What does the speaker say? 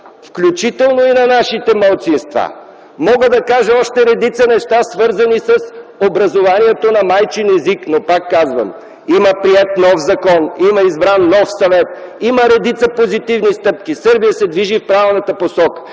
включително и на нашите малцинства. Мога да кажа още редица неща, свързани с образованието на майчин език, но, пак казвам, има приет нов закон, има избран нов съвет, има редица позитивни стъпки. Сърбия се движи в правилната посока